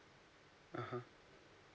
(uh huh)